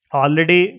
already